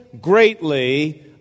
greatly